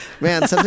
Man